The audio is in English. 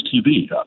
TV